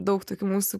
daug tokių mūsų